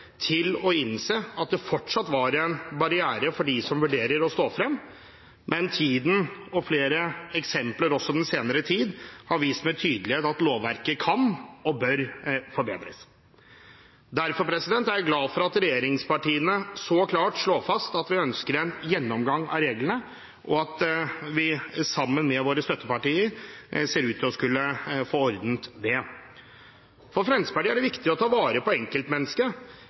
til å innse at det fortsatt var en barriere for dem som vurderer å stå frem, men tiden og også flere eksempler den senere tid har vist med tydelighet at lovverket kan og bør forbedres. Derfor er jeg glad for at regjeringspartiene så klart slår fast at vi ønsker en gjennomgang av reglene, og at vi sammen med våre støttepartier ser ut til å skulle få ordnet det. For Fremskrittspartiet er det viktig å ta vare på enkeltmennesket.